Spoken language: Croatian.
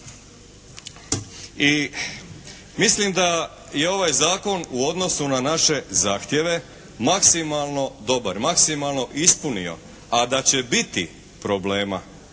I mislim da je ovaj zakon u odnosu na naše zahtjeve maksimalno dobar, maksimalno ispunio, a da će biti problema,